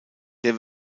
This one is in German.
der